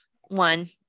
one